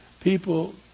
People